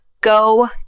Go